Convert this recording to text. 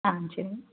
ஆ சரிங்க